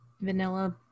vanilla